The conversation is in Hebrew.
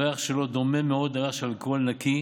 הריח שלו דומה מאוד לריח של אלכוהול נקי,